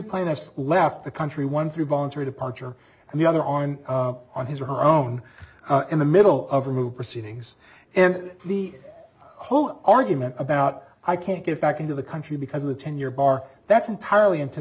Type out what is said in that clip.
plaintiffs left the country one through voluntary departure and the other on on his or her own in the middle of a move proceedings and the whole argument about i can't get back into the country because of the ten year bar that's entirely ant